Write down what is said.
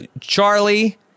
Charlie